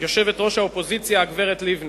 יושבת-ראש האופוזיציה, הגברת לבני.